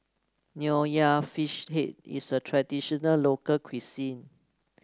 Nonya Fish Head is a traditional local cuisine